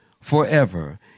forever